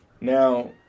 Now